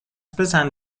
بزن